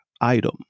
item